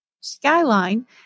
skyline